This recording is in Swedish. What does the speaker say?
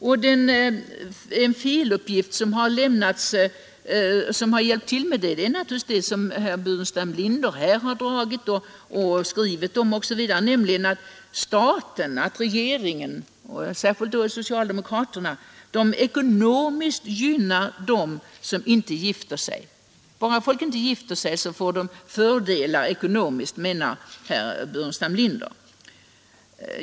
En felaktig uppgift som bidragit till detta är den som herr Burenstam Linder lämnat här i kammaren, i artiklar osv., nämligen att staten, regeringen, socialdemokraterna, ekonomiskt gynnar dem som inte gifter sig; bara folk inte gifter sig får de ekonomiska fördelar, menar herr Burenstam Linder.